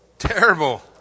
terrible